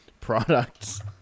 products